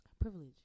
Privilege